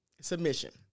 submission